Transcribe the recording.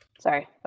Sorry